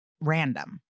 random